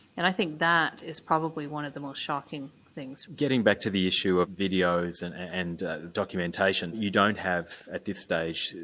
and i think that is probably one of the most shocking things. getting back to the issue of videos and and documentation, you don't have at this stage,